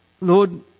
Lord